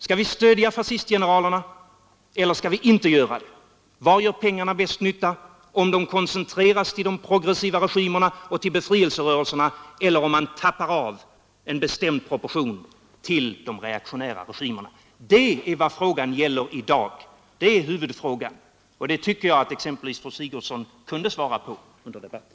Skall vi stödja facistgeneralerna, eller skall vi inte göra det? Var gör pengarna mest nytta — om de koncentreras till de progressiva regimerna och befrielserörelserna eller om man tappar av en bestämd proportion till de reaktionära regimerna? Det är vad frågan gäller i dag. Det är huvudfrågan, och den tycker jag att exempelvis fru Sigurdsen kunde svara på under debatten.